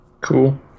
Cool